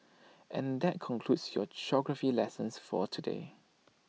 and that concludes your geography lesson for the day